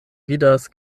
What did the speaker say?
vidas